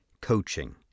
coaching